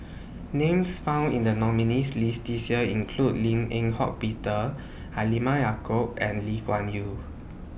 Names found in The nominees' list This Year include Lim Eng Hock Peter Halimah Yacob and Lee Kuan Yew